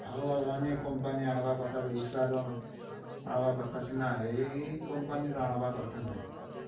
ଆଉ ଅନ୍ୟ କମ୍ପାନୀ ଆଣିବା କଥା ଉଷାର ଆଣିବା କଥା ସିନା ଏଇ କମ୍ପାନୀର ଆଣିବା କଥା ନାହିଁ